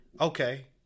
Okay